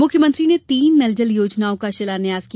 मुख्यमंत्री ने तीन नल जल योजनाओं का शिलान्यास किया